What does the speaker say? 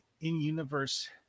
in-universe